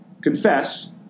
confess